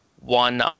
one